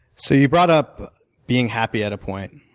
so you brought up being happy, at a point,